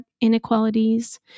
inequalities